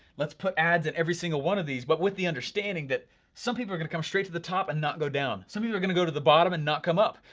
let's put ads in every single one of these, but with the understanding that some people are gonna come straight to the top and not go down. some people are gonna go to bottom and not come up.